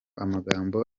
amagambo